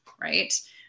right